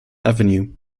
avenue